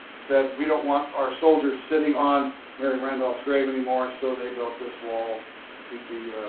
said, we don't want our soldiers sitting on mary randolph's grave anymore. so they built this wall to keep the,